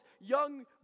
young